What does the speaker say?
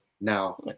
Now